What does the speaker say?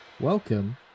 Welcome